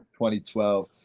2012